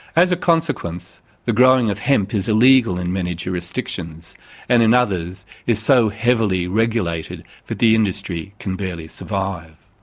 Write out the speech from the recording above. as a consequence the growing of hemp is illegal in many jurisdictions and in others it is so heavily regulated that the industry can barely survive.